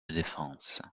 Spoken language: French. défense